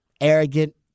arrogant